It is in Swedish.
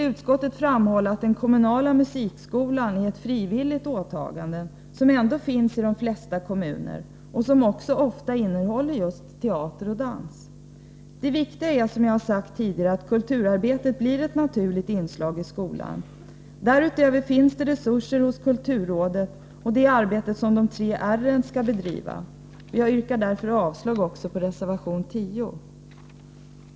Utskottet framhåller att den kommunala musikskolan är ett frivilligt åtagande, som ändå finns i de flesta kommuner, och att den ofta innehåller också teater och dans. Det viktiga är, som jag sagt tidigare, att kulturarbetet blir ett normalt inslag i skolan. Därutöver finns det resurser hos kulturrådet, och vi har det arbete som de tre R:en skall bedriva. Jag yrkar därför avslag också på reservation 10.